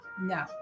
No